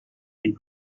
and